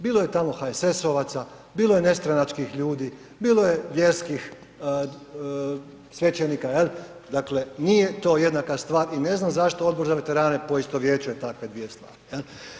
Bilo je tamo HSS-ovaca, bilo je nestranačkih ljudi, bilo je vjerskih svećenika, dakle nije to jednaka stvar i ne znam zašto Odbor za veterane poistovjećuje takve dvije stvari.